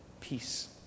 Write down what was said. peace